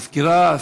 המזכירה,